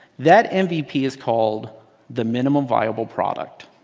that and mvp is called the minimum viable product.